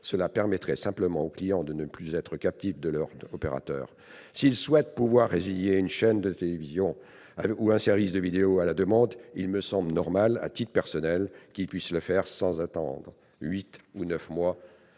Nous souhaitons simplement que les clients ne soient plus captifs de leur opérateur. S'ils souhaitent résilier une chaîne de télévision ou un service de vidéos à la demande, il me semble normal, à titre personnel, qu'ils puissent le faire sans attendre huit ou neuf mois.